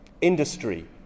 industry